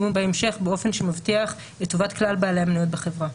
בהמשך באופן שמבטיח את טובת כלל בעלי המניות בחברה.